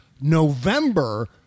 November